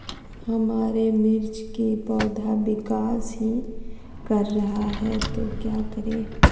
हमारे मिर्च कि पौधा विकास ही कर रहा है तो क्या करे?